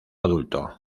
adulto